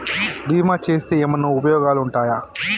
బీమా చేస్తే ఏమన్నా ఉపయోగాలు ఉంటయా?